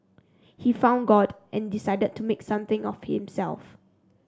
he found God and decided to make something of himself